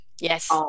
Yes